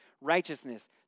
righteousness